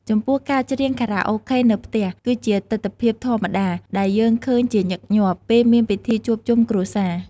ចំពោះ ការច្រៀងខារ៉ាអូខេនៅផ្ទះ គឺជាទិដ្ឋភាពធម្មតាដែលយើងឃើញជាញឹកញាប់ ពេលមានពិធីជួបជុំគ្រួសារ។